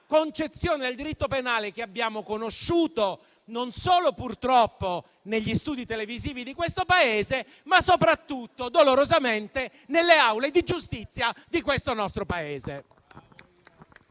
concezione del diritto penale che abbiamo conosciuto non solo, purtroppo, negli studi televisivi di questo Paese, ma soprattutto, dolorosamente, nelle aule di giustizia di questo nostro Paese.